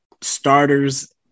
starters